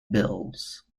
bills